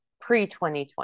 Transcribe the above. pre-2020